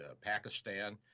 Pakistan